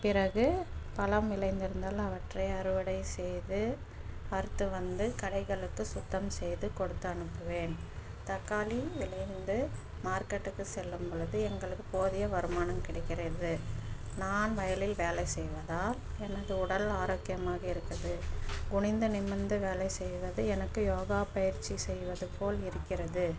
பிறகு பழம் விளைந்திருந்தால் அவற்றை அறுவடை செய்து அறுத்து வந்து களைகளெடுத்து சுத்தம் செய்து கொடுத்து அனுப்புவேன் தக்காளி விளைந்து மார்கெட்டுக்கு செல்லும்பொழுது எங்களுக்கு போதிய வருமானம் கிடைக்கிறது நான் வயலில் வேலை செய்வதால் எனது உடல் ஆரோக்கியமாக இருக்குது குனிந்து நிமிர்ந்து வேலை செய்வது எனக்கு யோகா பயிற்சி செய்வது போல் இருக்கிறது